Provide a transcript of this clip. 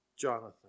Jonathan